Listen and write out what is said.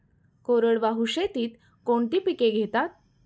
कोरडवाहू शेतीत कोणती पिके घेतात?